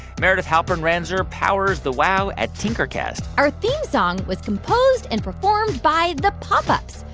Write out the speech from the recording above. meredith halpern-ranzer powers the wow at tinkercast our theme song was composed and performed by the pop ups.